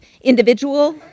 individual